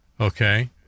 Okay